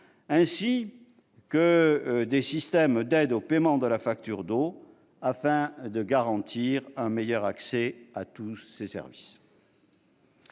ainsi que des systèmes d'aides au paiement de la facture d'eau, afin de garantir un meilleur accès de tous à ces services.